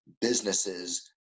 businesses